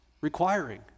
requiring